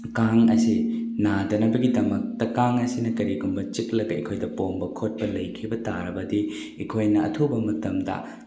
ꯀꯥꯡ ꯑꯁꯦ ꯅꯥꯗꯅꯕꯒꯤꯗꯃꯛꯇ ꯀꯥꯡ ꯑꯁꯤꯅ ꯀꯔꯤꯒꯨꯝꯕ ꯆꯤꯛꯂꯒ ꯑꯩꯈꯣꯏꯗ ꯄꯣꯝꯕ ꯈꯣꯠꯄ ꯂꯩꯈꯤꯕ ꯇꯥꯔꯕꯗꯤ ꯑꯩꯈꯣꯏꯅ ꯑꯊꯨꯕ ꯃꯇꯝꯗ